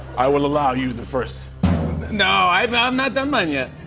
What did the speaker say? i will allow you the first no, i've um not done mine yet.